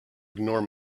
ignore